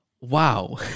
wow